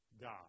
God